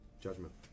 Judgment